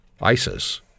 ISIS